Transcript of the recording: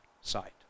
side